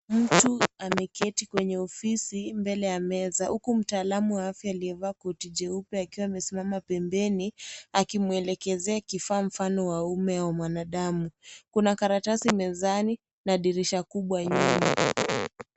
Mtu ameketi kwenye ofisi mbele ya meza huku mtaalam wa afya aliyeva koti jeupe akiwa amesimama pembeni akimwelekezea kifaa mfano wa umme wa mwanadamu. Kuna karatasi mezani na dirisha kubwa nyuma.